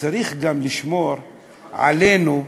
וצריך גם לשמור עלינו,